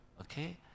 Okay